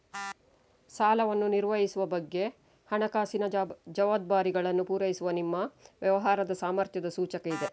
ಸಾಲವನ್ನು ನಿರ್ವಹಿಸುವ ಬಗ್ಗೆ ಹಣಕಾಸಿನ ಜವಾಬ್ದಾರಿಗಳನ್ನ ಪೂರೈಸುವ ನಿಮ್ಮ ವ್ಯವಹಾರದ ಸಾಮರ್ಥ್ಯದ ಸೂಚಕ ಇದೆ